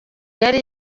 yari